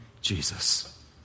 Jesus